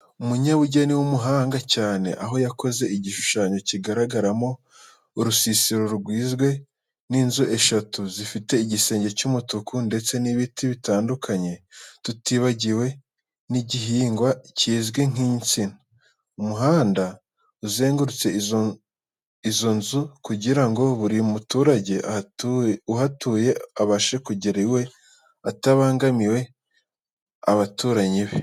Umunyabugeni w'umuhanga cyane, aho yakoze igishushanyo kigaragaramo urusisiro rugizwe n'inzu eshatu zifite igisenge cy'umutuku ndetse n'ibiti bitandukanye, tutibagiwe n'igihingwa kizwi nk'insina. Umuhanda uzengurutse izo nzu kugira ngo buri muturage uhatuye abashe kugera iwe atabangamiye abaturanyi be.